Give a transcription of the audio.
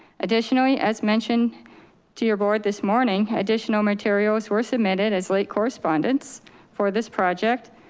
additionally, as mentioned to your board this morning, additional materials were submitted as late correspondence for this project.